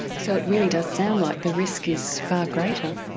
so it really does sound like the risk is far greater?